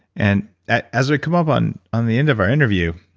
and as we come up on on the end of our interview,